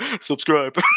Subscribe